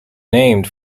named